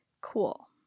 Cool